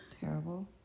terrible